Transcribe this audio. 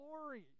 glory